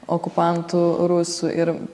okupantų rusų ir